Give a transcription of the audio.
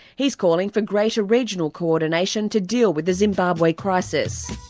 he's calling for greater regional co-ordination to deal with the zimbabwe crisis.